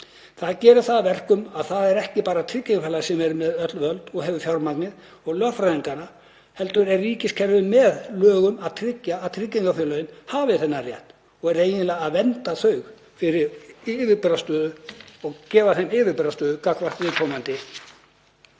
Það gerir það að verkum að það er ekki bara tryggingafélagið sem er með öll völd og hefur fjármagnið og lögfræðingana heldur er ríkiskerfið með lögum að tryggja að tryggingafélögin hafi þennan rétt og er eiginlega að vernda þau og gefa þeim yfirburðastöðu gagnvart viðkomandi.